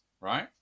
right